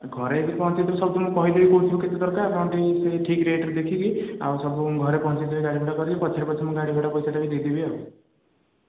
ଘରେ ଯଦି ପହଞ୍ଚିବେ ସବୁ ତ ମୁଁ କହିଦେବି କେଉଁଥିରୁ କେତେ ଦରକାର ଆପଣ ଠିକ ରେଟ୍ରେ ଦେଖିକି ଆଉ ସବୁ ଘରେ ପହଞ୍ଚେଇ ଦେବେ ଗାଡ଼ି ଭଡ଼ା କରିକି ପଠେଇବେ ପଛେ ମୁଁ ଗାଡ଼ି ଭଡ଼ା ପଇସାଟା ବି ଦେଇଦେବି ଆଉ